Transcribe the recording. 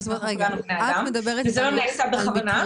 אנחנו כולנו בני-אדם וזה לא נעשה בכוונה.